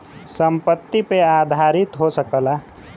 संपत्ति पे आधारित हो सकला